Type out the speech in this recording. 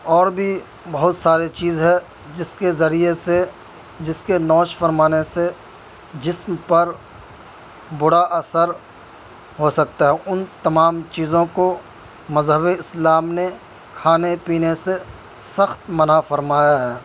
اور بھی بہت ساری چیز ہے جس کے ذریعے سے جس کے نوش فرمانے سے جسم پر برا اثر ہو سکتا ہے ان تمام چیزوں کو مذہب اسلام نے کھانے پینے سے سخت منع فرمایا ہے